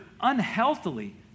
unhealthily